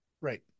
right